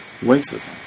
racism